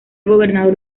gobernador